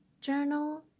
Journal